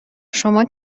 شما